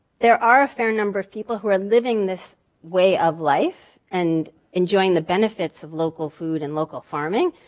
there are a fair number of people who are living this way of life and enjoying the benefits of local food and local farming,